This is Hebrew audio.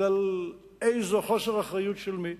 בגלל איזה חוסר אחריות של מי,